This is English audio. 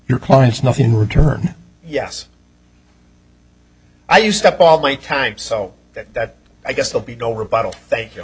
your clients nothing in return yes i used up all my time so that i guess they'll be no rebuttal thank you